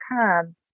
come